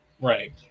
right